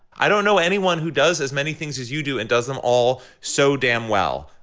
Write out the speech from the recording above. i don't know anyone who does as many things as you do and does them all so damn well.